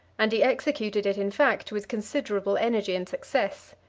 and he executed it, in fact, with considerable energy and success.